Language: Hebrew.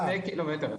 החלוקה.